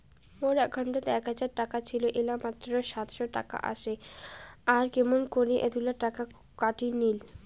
মোর একাউন্টত এক হাজার টাকা ছিল এলা মাত্র সাতশত টাকা আসে আর কেমন করি এতলা টাকা কাটি নিল?